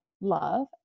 love